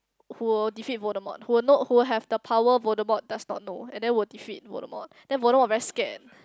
who will defeat Voldemort who will know who will have the power Voldemort does not know and then will defeat Voldemort then Voldemort very scared